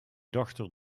dochter